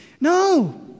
no